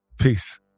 Peace